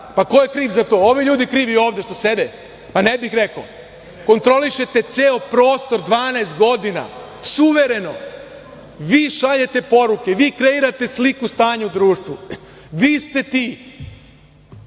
Ko je kriv za to? Ovi ljudi krivi ovde što sede? Pa ne bih rekao. Kontrolišete ceo prostor 12 godina, suvereno, vi šaljete poruke, vi kreirate sliku stanja u društvu, vi ste ti.